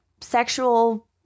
sexual